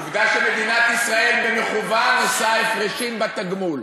עובדה שמדינת ישראל במכוון עושה הפרשים בתגמול.